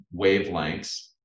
wavelengths